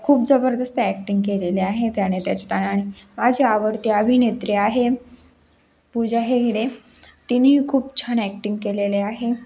खूप जबरदस्त ॲक्टिंग केलेले आहे त्याने त्याच्याता आणि माझी आवडते अभिनेत्री आहे पूजा हेगडे तिनेही खूप छान ॲक्टिंग केलेले आहे